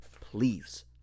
please